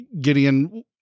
Gideon